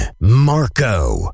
Marco